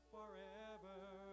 Forever